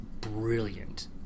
Brilliant